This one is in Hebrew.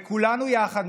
וכולנו יחד,